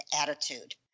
attitude